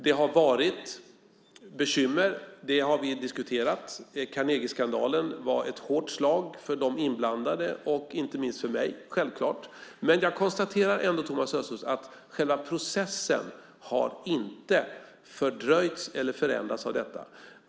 Det har varit bekymmer; det har vi diskuterat. Carnegieskandalen var ett hårt slag för de inblandade, inte minst för mig, självklart. Men jag konstaterar ändå, Thomas Östros, att själva processen inte har fördröjts eller förändrats av detta.